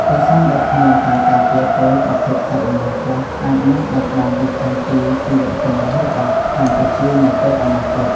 ប្រសិនបើគ្មានការការពារទេ ប្រភេទសត្វល្មូនខ្លះអាចនឹងបាត់បង់ពីផែនទីជីវចម្រុះរបស់កម្ពុជានាពេលអនាគត។